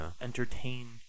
entertain